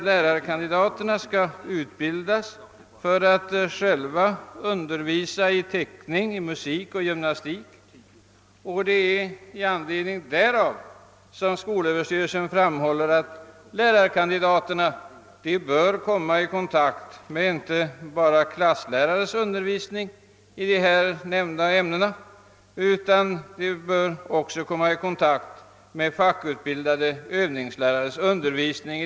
Lärarkandidaterna skall utbildas för att själva undervisa i teckning, musik och gymnastik, och det är i anledning därav som skolöverstyrelsen framhåller att lärarkandidaterna bör komma i kontakt med inte endast klasslärarens undervisning i nämnda ämnen utan också fackutbildade övningslärares undervisning.